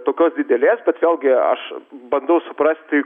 tokios didelės bet vėlgi aš bandau suprasti